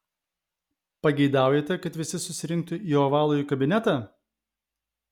pageidaujate kad visi susirinktų į ovalųjį kabinetą